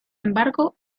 embargo